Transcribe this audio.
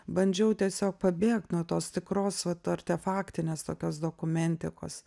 bandžiau tiesiog pabėgt nuo tos tikros vat artefaktinės tokios dokumentikos